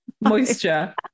Moisture